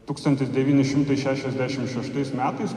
tūkstantis devyni šimtai šešiasdešim šeštais metais